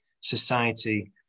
society